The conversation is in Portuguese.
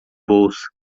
bolsa